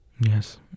Yes